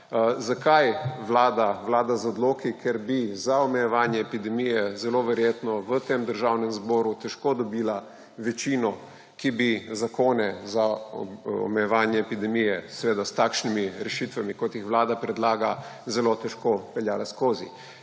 Zakaj Vlada vlada z odloki, ker bi za omejevanje epidemije zelo verjetno v tem državnem zboru težko dobila večino, ki bi zakone za omejevanje epidemije, seveda s takšnimi rešitvami, kot jih Vlada predlaga, zelo težko peljala skozi,